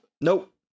Nope